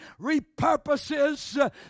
repurposes